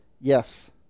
Yes